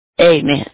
Amen